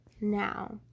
now